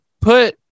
put